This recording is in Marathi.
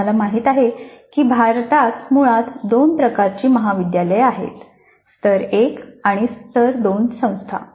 आम्हाला माहित आहे की भारतात मुळात दोन प्रकारची महाविद्यालये आहेत स्तर 1 आणि स्तर 2 संस्था